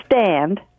stand